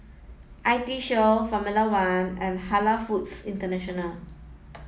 I T Show Formula One and Halal Foods International